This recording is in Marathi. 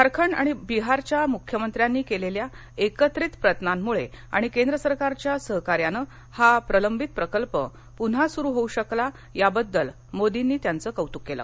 झारखंड आणि बिहारच्या मुख्यमंत्र्यांनी केलेल्या एकत्रित प्रयत्नांमुळे आणि केंद्र सरकारच्या सहकार्यानं हा प्रलंबित प्रकल्प पुन्हा सुरु होऊ शकला याबद्दल मोदींनी त्यांचं कौतुक केलं